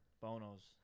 Bonos